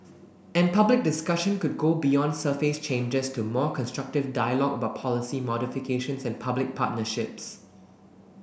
and public discussion could go beyond surface changes to more constructive dialogue about policy modifications and public partnerships